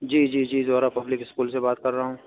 جی جی Zehra public school سے بات کر رہا ہوں